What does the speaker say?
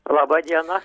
laba diena